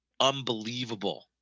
unbelievable